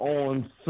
on